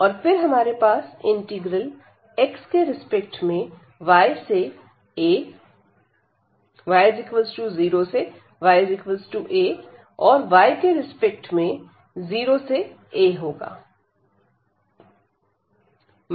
और फिर हमारे पास इंटीग्रल x के रिस्पेक्ट में y से a और y के रिस्पेक्ट में 0 से a होगा